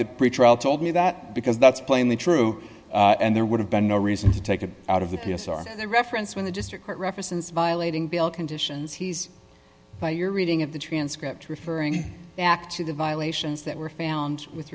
that pretrial told me that because that's plainly true and there would have been no reason to take it out of the p s r the reference when the district court represents violating bail conditions he's by your reading of the transcript referring back to the violations that were found with